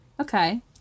Okay